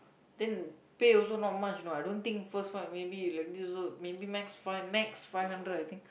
then pay also not much you know I don't think first fight maybe like this also maybe max five max five hundred I think